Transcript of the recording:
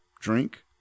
drink